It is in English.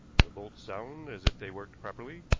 the bolts sound as if they worked properly,